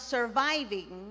Surviving